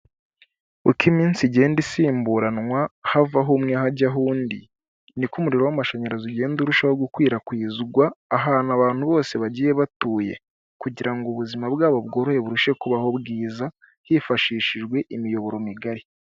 Uko iminsi igenda isimburanwa havaho umwe hajyaho undi, niko umuriro w'amashanyarazi ugenda urushaho gukwirakwizwa ahantu abantu bose bagiye batuye, kugira ngo ubuzima bwabo burusheho kubaho bwiza hifashishijwe imiyoboro migari.